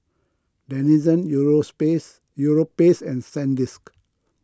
Denizen Euros pace Europace and Sandisk